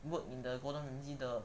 work in the gordon ramsay 的